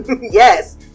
yes